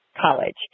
college